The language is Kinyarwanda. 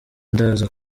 ndaza